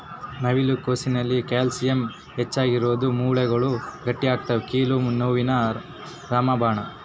ನವಿಲು ಕೋಸಿನಲ್ಲಿ ಕ್ಯಾಲ್ಸಿಯಂ ಹೆಚ್ಚಿಗಿರೋದುಕ್ಕ ಮೂಳೆಗಳು ಗಟ್ಟಿಯಾಗ್ತವೆ ಕೀಲು ನೋವಿಗೆ ರಾಮಬಾಣ